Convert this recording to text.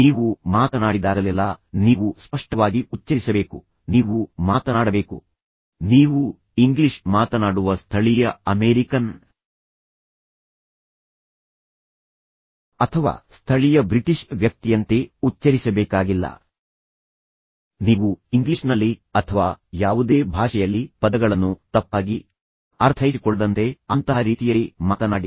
ನೀವು ಮಾತನಾಡಿದಾಗಲೆಲ್ಲಾ ನೀವು ಸ್ಪಷ್ಟವಾಗಿ ಉಚ್ಚರಿಸಬೇಕು ನೀವು ಮಾತನಾಡಬೇಕು ಸ್ಪಷ್ಟವಾಗಿ ಉಚ್ಚರಿಸಬೇಕು ನಾನು ಷ್ಟವಾಗಿ ಉಚ್ಚರಿಸಬೇಕು ಎಂದು ಹೇಳಿದಾಗ ನೀವು ಇಂಗ್ಲಿಷ್ ಮಾತನಾಡುವ ಸ್ಥಳೀಯ ಅಮೆರಿಕನ್ ಅಥವಾ ಸ್ಥಳೀಯ ಬ್ರಿಟಿಷ್ ವ್ಯಕ್ತಿಯಂತೆ ಉಚ್ಚರಿಸಬೇಕಾಗಿಲ್ಲ ಆದರೆ ನೀವು ಇಂಗ್ಲಿಷ್ನಲ್ಲಿ ಮಾತನಾಡುತ್ತಿದ್ದರೆ ಅಥವಾ ಯಾವುದೇ ಭಾಷೆಯಲ್ಲಿ ಪದಗಳನ್ನು ತಪ್ಪಾಗಿ ಅರ್ಥೈಸಿಕೊಳ್ಳದಂತೆ ಅಂತಹ ರೀತಿಯಲ್ಲಿ ಮಾತನಾಡಿ